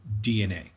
DNA